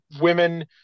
women